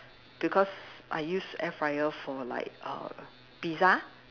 because I use air fryer for like err pizza